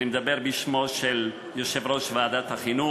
אני מדבר בשמו של יושב-ראש ועדת החינוך,